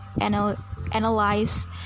analyze